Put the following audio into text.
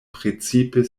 precipe